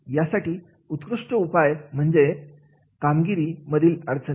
यासाठी उत्कृष्ट उपाय म्हणजे कामगिरी मधील अडचणी